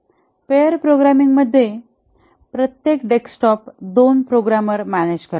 pair प्रोग्रॅमिंगमध्ये प्रत्येक desktop दोन प्रोग्रामर मॅनेज करतात